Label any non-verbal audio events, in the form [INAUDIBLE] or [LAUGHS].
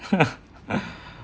[LAUGHS]